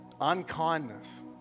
unkindness